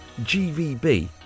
GVB